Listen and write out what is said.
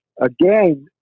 again